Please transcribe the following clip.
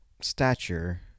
stature